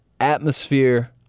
Atmosphere